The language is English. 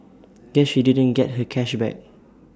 guess she didn't get her cash back